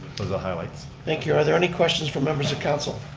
the highlights. thank you. are there any questions from members of council?